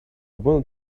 wanted